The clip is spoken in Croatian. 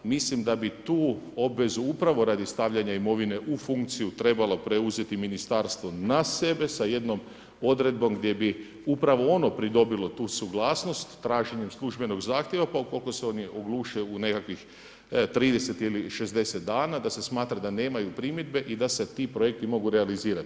Mislim da bi tu obvezu upravo radi stavljanja imovine u funkciju trebalo preuzeti Ministarstvo na sebe sa jednom odredbom gdje bi upravo ono pridobili tu suglasnost traženjem službenog zahtjeva pa ukoliko se oni ogluše u nekakvih 30 ili 60 dana da se smatra da nemaju primjedbe i da se ti projekti mogu realizirati.